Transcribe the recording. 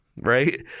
right